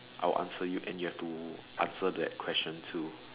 I'll answer you and you have to answer that question too